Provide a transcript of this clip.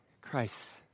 Christ